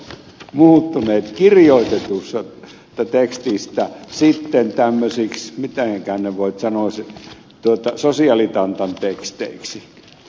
muuttuneet kirjoitetusta tekstistä sitten tämmöisiksi mitenkähän voi sanoa sen sosiaalitantan teksteiksi